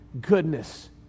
goodness